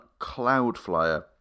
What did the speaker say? cloudflyer